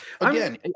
again